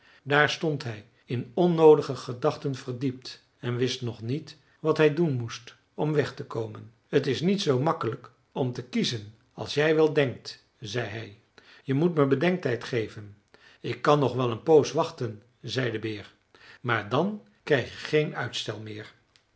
daar stond hij in onnoodige gedachten verdiept en wist nog niet wat hij doen moest om weg te komen t is niet zoo makkelijk om te kiezen als je wel denkt zei hij je moet me bedenktijd geven ik kan nog wel een poos wachten zei de beer maar dan krijg je geen uitstel meer